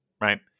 right